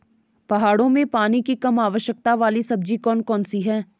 पहाड़ों में पानी की कम आवश्यकता वाली सब्जी कौन कौन सी हैं?